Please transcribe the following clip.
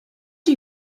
you